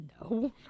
No